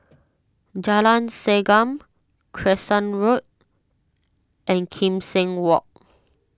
Jalan Segam Crescent Road and Kim Seng Walk